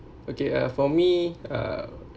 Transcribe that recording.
okay uh for me uh